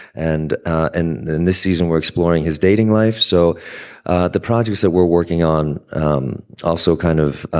and and in this season, we're exploring his dating life. so the projects that we're working on um also kind of